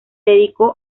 dedicó